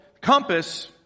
compass